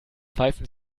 pfeifen